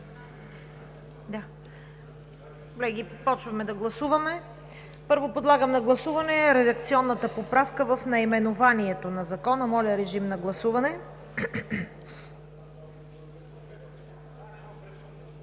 започваме да гласуваме. Първо, подлагам на гласуване редакционната поправка в наименованието на Закона. Гласували